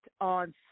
on